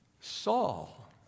Saul